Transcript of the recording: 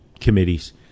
committees